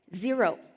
Zero